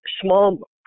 small